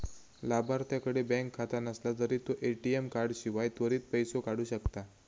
लाभार्थ्याकडे बँक खाता नसला तरी तो ए.टी.एम कार्डाशिवाय त्वरित पैसो काढू शकता